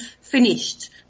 Finished